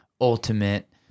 ultimate